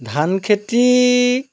ধান খেতি